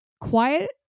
quiet